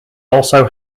also